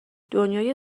دنیای